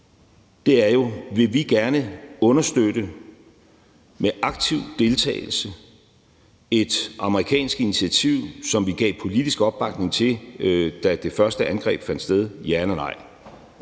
dag, er, om vi gerne med aktiv deltagelse vil understøtte et amerikansk initiativ, som vi gav politisk opbakning til, da det første angreb fandt sted – ja eller nej.